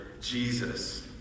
Jesus